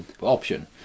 option